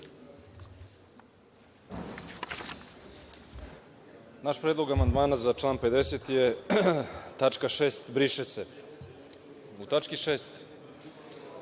Naš predlog amandmana za član 50. je tačka 6) briše se.U tački 6),